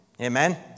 amen